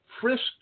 frisked